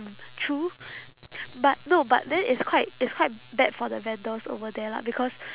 true but no but then it's quite it's quite bad for the vendors over there lah because